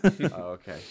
okay